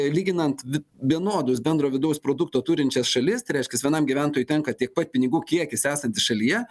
lyginant vi vienodus bendro vidaus produkto turinčias šalis tai reiškias vienam gyventojui tenka tiek pat pinigų kiekis esantis šalyje